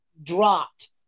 Dropped